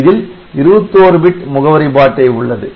இதில் 21 பிட் முகவரி பாட்டை உள்ளது